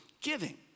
giving